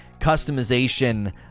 customization